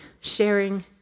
Sharing